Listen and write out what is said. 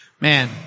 man